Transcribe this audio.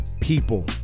people